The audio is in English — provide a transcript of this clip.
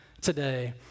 today